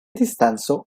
distanco